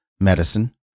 medicine